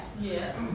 Yes